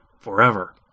forever